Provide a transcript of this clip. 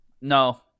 no